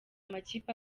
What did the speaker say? amakipe